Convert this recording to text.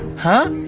huh?